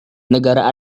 negara